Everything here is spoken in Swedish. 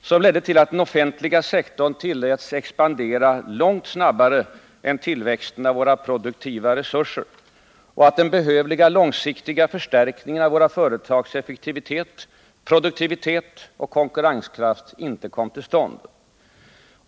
som ledde till att den offentliga sektorn tilläts expandera långt snabbare än tillväxten av våra produktiva resurser och att den behövliga långsiktiga förstärkningen av våra företags effektivitet, produktivitet och konkurrenskraft inte kom till stånd.